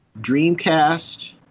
Dreamcast